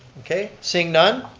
okay, seeing none.